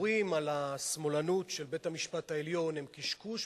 הדיבורים על השמאלנות של בית-המשפט העליון הם קשקוש,